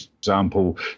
example